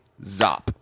Zop